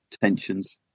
tensions